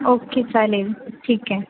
okay चालेल ठीक आहे